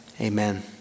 amen